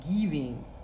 giving